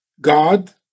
God